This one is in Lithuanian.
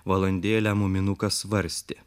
valandėlę muminukas svarstė